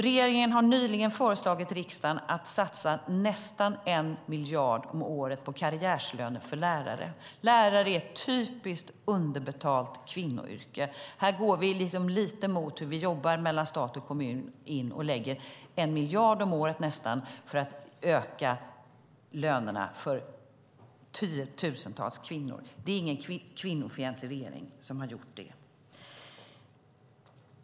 Regeringen har nyligen föreslagit riksdagen att satsa nästan en miljard om året på karriärlöner för lärare. Lärare är ett typiskt underbetalt kvinnoyrke. Här går vi, lite mot hur vi jobbar mellan stat och kommun, in och lägger nästan en miljard om året för att höja lönerna för tiotusentals kvinnor. Det är ingen kvinnofientlig regering som har gjort det.